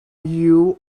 you